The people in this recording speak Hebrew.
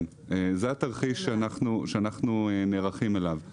כן, זה התרחיש שאנחנו נערכים אליו.